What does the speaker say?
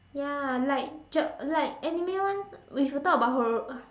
ya like Jap~ like Anime ones if you talk about uh ro~